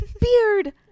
beard